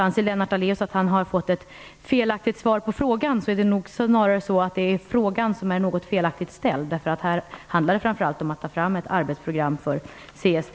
Anser Lennart Daléus att han har fått ett felaktigt svar på frågan är det nog snarare så att det är frågan som är något felaktigt ställd. Här handlar det framför allt om att ta fram ett arbetsprogram för CSD.